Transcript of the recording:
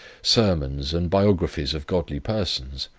sermons, and biographies of godly persons.